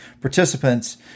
participants